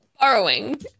Borrowing